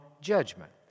judgment